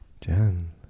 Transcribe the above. Jen